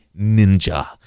ninja